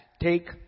Take